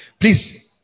please